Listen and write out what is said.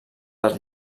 dels